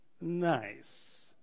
Nice